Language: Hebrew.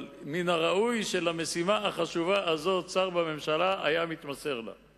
אבל מן הראוי שלמשימה החשובה הזאת היה מתמסר שר בממשלה.